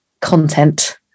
content